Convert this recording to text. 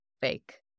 fake